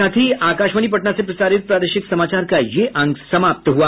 इसके साथ ही आकाशवाणी पटना से प्रसारित प्रादेशिक समाचार का ये अंक समाप्त हुआ